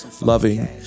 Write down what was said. loving